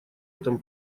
этом